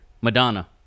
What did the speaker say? Madonna